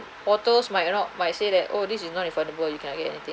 portal might not might say that oh this is non-refundable you cannot get anything